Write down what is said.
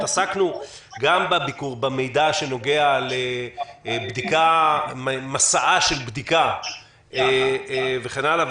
עסקנו בביקור גם במידע שנוגע למסעה של בדיקה וכן הלאה,